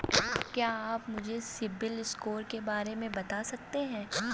क्या आप मुझे सिबिल स्कोर के बारे में बता सकते हैं?